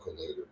later